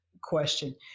question